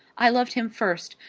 i loved him first,